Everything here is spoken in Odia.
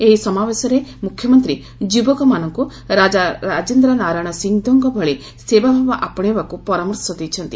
ଏହି ସମାବେଶରେ ମୁଖ୍ୟମନ୍ତୀ ଯୁବକମାନଙ୍କୁ ରାଜା ରାଜେନ୍ର ନାରାୟଣ ସିଂଦେଓଙ୍କ ଭଳି ସେବା ଭାବ ଆପଶାଇବାକୁ ମୁଖ୍ୟମନ୍ତୀ ପରାମର୍ଶ ଦେଇଛନ୍ତି